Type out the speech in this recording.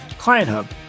ClientHub